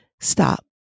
stop